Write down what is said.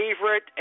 favorite